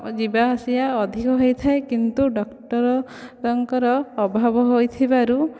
ଯିବାଆସିବା ଅଧିକ ହୋଇଥାଏ କିନ୍ତୁ ଡକ୍ଟରଙ୍କର ଅଭାବ ହୋଇଥିବାରୁ